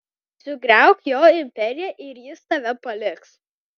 sugriauk jo imperiją ir jis tave paliks